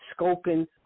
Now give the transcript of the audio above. scoping